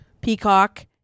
Peacock